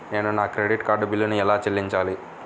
నేను నా credit card బిల్లును ఎలా చెల్లించాలీ?